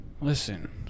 listen